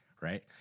right